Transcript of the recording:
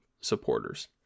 supporters